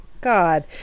God